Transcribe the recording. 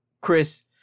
Chris